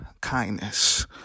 kindness